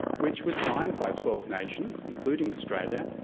which was signed by twelve nations, including australia,